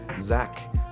Zach